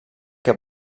que